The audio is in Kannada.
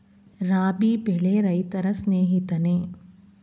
ರಾಬಿ ಬೆಳೆ ರೈತರ ಸ್ನೇಹಿತನೇ?